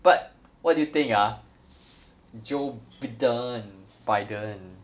but what do you think ah joe biden biden